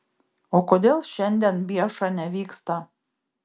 o kodėl šiandien bieša nevyksta